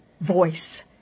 voice